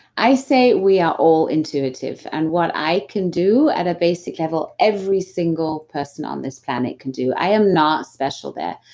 i say we are all intuitive. and what i can do at a basic level, every single person on this planet can do. i am not special there.